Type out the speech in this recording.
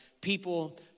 people